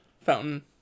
fountain